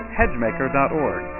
hedgemaker.org